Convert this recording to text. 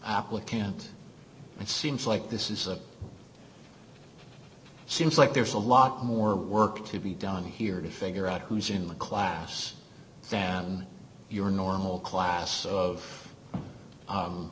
applicant it seems like this is a seems like there's a lot more work to be done here to figure out who's in the class than your normal class of